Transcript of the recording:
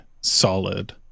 solid